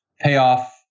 payoff